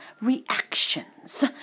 reactions